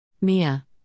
Mia